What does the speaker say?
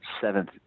seventh